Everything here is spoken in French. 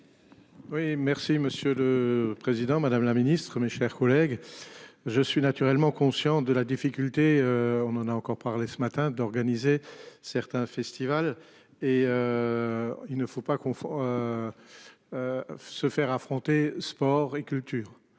Oui, merci Monsieur le Président Madame la Ministre, mes chers collègues. Je suis naturellement conscient de la difficulté. On en a encore parlé ce matin d'organiser certains festivals et. Il ne faut pas qu'on. Se faire affronter sport et culture.